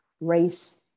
race